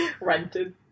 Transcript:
Rented